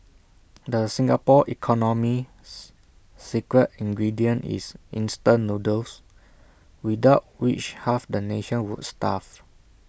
the Singapore economy's secret ingredient is instant noodles without which half the nation would starve